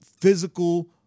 physical